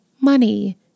money